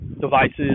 devices